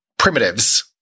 primitives